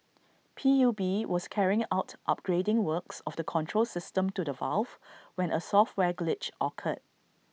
P U B was carrying out upgrading works of the control system to the valve when A software glitch occurred